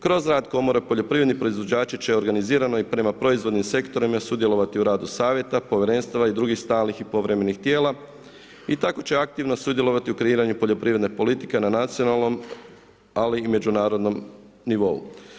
Kroz rad komore, poljoprivredni proizvođači će organizirano i prema proizvodnim sektorima sudjelovati u radu savjeta, povjerenstava i drugih stalnih i povremenih tijela i tako će aktivno sudjelovati u kreiranju poljoprivredne politike na nacionalnom, ali i međunarodnom nivou.